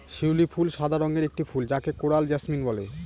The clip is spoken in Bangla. শিউলি ফুল সাদা রঙের একটি ফুল যাকে কোরাল জাসমিন বলে